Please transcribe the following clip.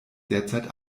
derzeit